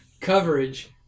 coverage